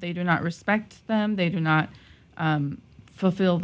they do not respect them they do not fulfill